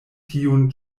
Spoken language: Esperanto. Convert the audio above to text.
tiun